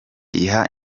iha